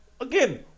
Again